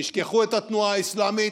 תשכחו את התנועה האסלאמית,